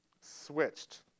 switched